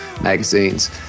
magazines